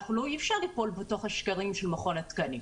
אי אפשר ליפול בתוך השקרים של מכון התקנים.